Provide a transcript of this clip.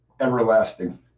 Everlasting